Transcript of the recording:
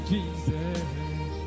Jesus